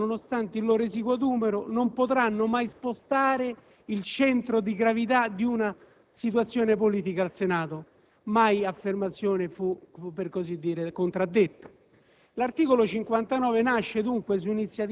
Egli affermò incautamente che i senatori a vita, proprio per il loro esiguo numero, «non potranno mai in nessun modo spostare il centro di gravità di una situazione politica in Senato». Mai affermazione fu - per così dire - contraddetta.